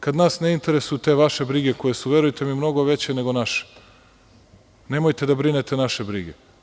Kad nas ne interesuju te vaše brige koje su, verujte mi, mnogo veće nego naše, nemojte da brinete naše brige.